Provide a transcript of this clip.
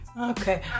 Okay